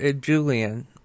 Julian